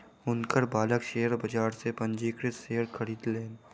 हुनकर बालक शेयर बाजार सॅ पंजीकृत शेयर खरीदलैन